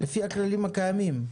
לפי הכללים הקיימים.